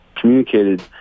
communicated